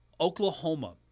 Oklahoma